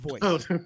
voice